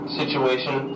situation